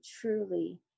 truly